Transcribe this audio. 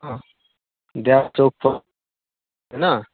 हँ देब चौकपर हेँ नऽ